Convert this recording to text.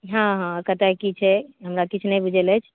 हँ हँ कतऽ की छै हमरा किछु नहि बुझल अछि